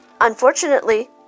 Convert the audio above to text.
Unfortunately